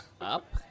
up